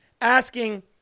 asking